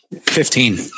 Fifteen